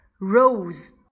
Rose